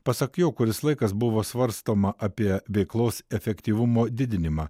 pasak jo kuris laikas buvo svarstoma apie veiklos efektyvumo didinimą